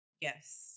Yes